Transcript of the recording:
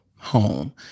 home